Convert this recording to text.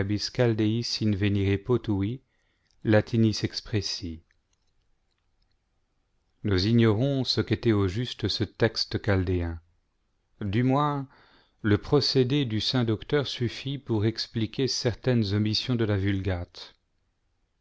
potui latinis expressi nous ignorons ce qu'était au juste ce texte chaldéen du moins le procédé du saint docteur suffit pour expliquer certaines omissions de la vulgate